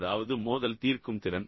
அதாவது மோதல் தீர்க்கும் திறன்